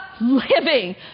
living